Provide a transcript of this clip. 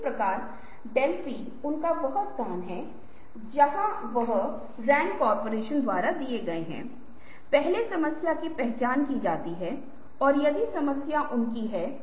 इस वर्ग के बारे में ऐसी कौन सी बातें हैं जो दिलचस्प नहीं हैं